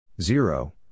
zero